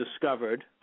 discovered